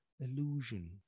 illusion